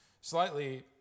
Slightly